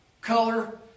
color